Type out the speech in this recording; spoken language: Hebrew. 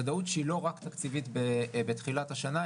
ודאות שהיא לא רק תקציבית בתחילת השנה,